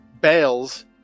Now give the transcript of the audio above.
bales